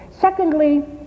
Secondly